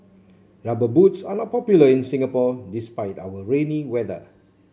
rubber boots are not popular in Singapore despite our rainy weather